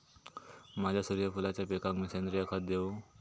माझ्या सूर्यफुलाच्या पिकाक मी सेंद्रिय खत देवू?